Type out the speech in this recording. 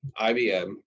IBM